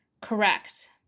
Correct